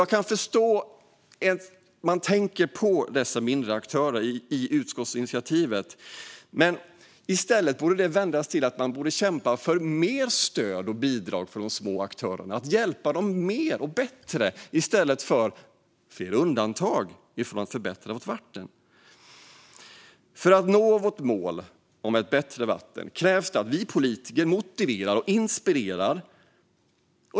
Jag kan förstå att man tänker på dessa mindre aktörer i utskottsinitiativet, men det borde vändas till att kämpa för mer stöd och bidrag för att hjälpa de små aktörerna att bli bättre bättre i stället för att göra fler undantag när det gäller att förbättra vårt vatten. För att nå vårt mål om bättre vatten krävs att vi politiker motiverar och inspirerar.